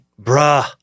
bruh